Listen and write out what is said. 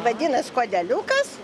vadinas kodeliukas